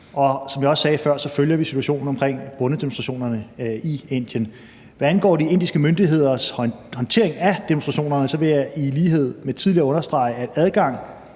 og som jeg også sagde før, følger vi situationen omkring bondedemonstrationerne i Indien. Hvad angår de indiske myndigheders håndtering af demonstrationerne, vil jeg i lighed med tidligere understrege, at adgang